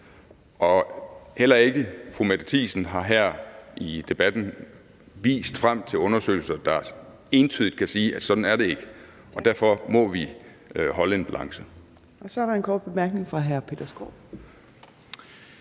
Og heller ikke fru Mette Thiesen har her i debatten vist undersøgelser, der entydigt kan sige, at sådan er det ikke. Og derfor må vi holde en balance. Kl. 11:06 Fjerde næstformand (Trine Torp):